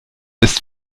ist